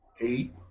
eight